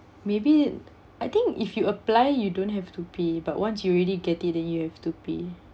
maybe I think if you apply you don't have to pay but once you already get it then you have to pay